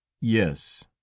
yes